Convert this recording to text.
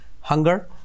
hunger